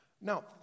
Now